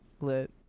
Lit